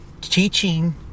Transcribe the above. teaching